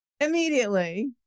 immediately